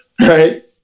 right